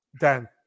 Dan